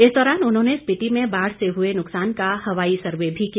इस दौरान उन्होंने स्पीति में बाढ़ से हुए नुक्सान का हवाई सर्वे भी किया